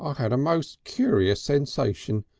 um had a most curious sensation.